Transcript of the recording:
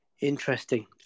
Interesting